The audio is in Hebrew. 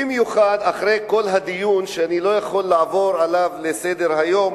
במיוחד אחרי כל הדיון שאני לא יכול לעבור עליו לסדר-היום,